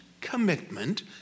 commitment